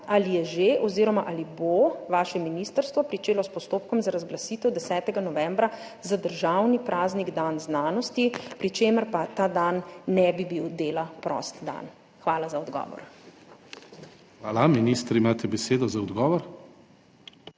Ali je že oziroma ali bo vaše ministrstvo začelo s postopkom za razglasitev 10. novembra za državni praznik dan znanosti, pri čemer pa ta dan ne bi bil dela prost dan? Hvala za odgovor. **PODPREDSEDNIK DANIJEL KRIVEC:**